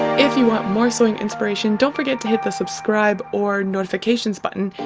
if you want more sewing inspiration don't forget to hit the subscribe or notifications button,